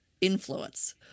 influence